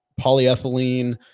polyethylene